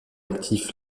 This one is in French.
actif